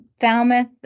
Falmouth